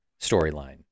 storyline